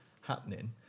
happening